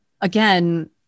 again